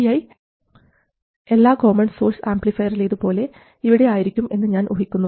vi എല്ലാ common source ആംപ്ലിഫയറിലേതുപോലെ ഇവിടെ ആയിരിക്കും എന്ന് ഞാൻ ഊഹിക്കുന്നു